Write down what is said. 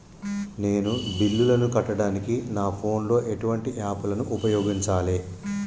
నేను బిల్లులను కట్టడానికి నా ఫోన్ లో ఎటువంటి యాప్ లను ఉపయోగించాలే?